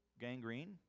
gangrene